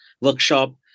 workshop